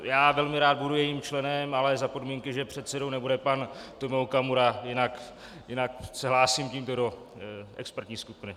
Já velmi rád budu jejím členem, ale za podmínky, že předsedou nebude pan Tomio Okamura, jinak se hlásím tímto do expertní skupiny.